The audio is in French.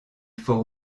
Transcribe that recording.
faut